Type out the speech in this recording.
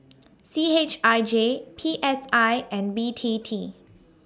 C H I J P S I and B T T